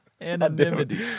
anonymity